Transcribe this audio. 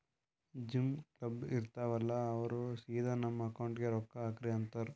gym, club, ಇರ್ತಾವ್ ಅಲ್ಲಾ ಅವ್ರ ಸಿದಾ ನಮ್ದು ಅಕೌಂಟ್ ನಾಗೆ ರೊಕ್ಕಾ ಹಾಕ್ರಿ ಅಂತಾರ್